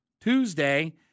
Tuesday